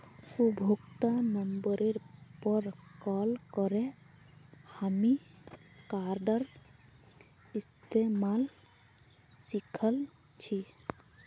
उपभोक्तार नंबरेर पर कॉल करे हामी कार्डेर इस्तमाल सिखल छि